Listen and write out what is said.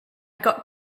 got